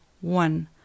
one